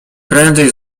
prędzej